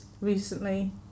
recently